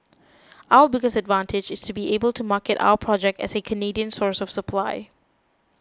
our biggest advantage is to be able to market our project as a Canadian source of supply